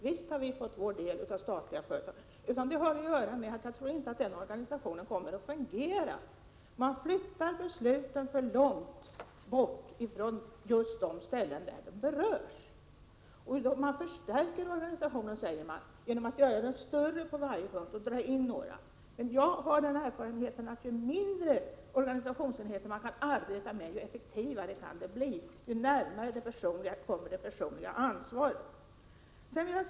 Visst har vi fått vår del av de statliga företagen. Nej, det har att göra med att jag inte tror att den organisationen kommer att fungera. Man flyttar besluten för långt bort från de ställen som berörs. Man förstärker organisationen, sägs det, genom att göra den större på varje ort och dra in verksamheten på några orter. Jag har emellertid den erfarenheten att ju mindre organisationsenheter man kan arbeta med, desto effektivare kan de bli och ju närmare kommer det personliga ansvaret.